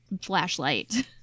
flashlight